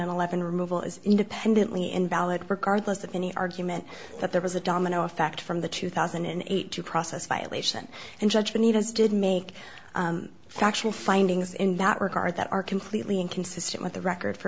eleven removal is independently invalid regardless of any argument that there was a domino effect from the two thousand and eight due process violation and judgment as did make factual findings in that regard that are completely inconsistent with the record for